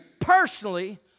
personally